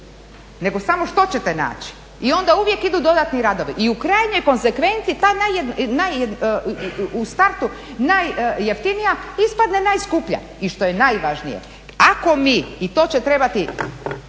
nego samo što ćete naći i onda uvijek idu dodatni radovi. I u krajnjoj konzekvenci ta, u startu najjeftinija ispadne najskuplja. I što je najvažnije ako mi i to će trebati